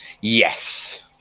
Yes